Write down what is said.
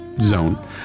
zone